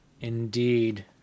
Indeed